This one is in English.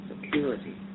security